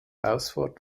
ausfahrt